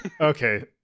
Okay